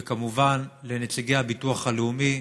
וכמובן, לנציגי הביטוח הלאומי,